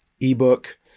ebook